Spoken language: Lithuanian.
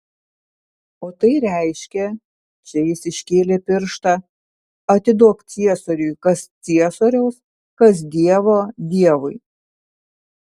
o tai reiškia čia jis iškėlė pirštą atiduok ciesoriui kas ciesoriaus kas dievo dievui